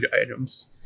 items